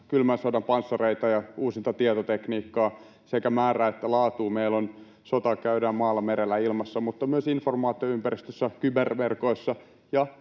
kylmän sodan panssareita ja uusinta tietotekniikkaa, sekä määrää että laatua. Sotaa käydään maalla, merellä ja ilmassa, mutta myös informaatioympäristössä, kyberverkoissa